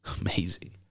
Amazing